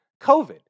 COVID